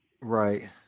Right